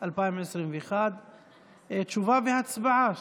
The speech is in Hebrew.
2021. תשובה והצבעה.